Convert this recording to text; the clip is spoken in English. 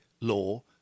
Law